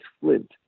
Flint